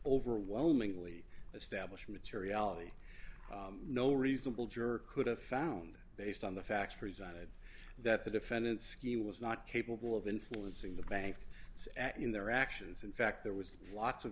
overwhelmingly establish materiality no reasonable juror could have found based on the facts presented that the defendant scheme was not capable of influencing the bank it's at in their actions in fact there was lots of